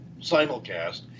simulcast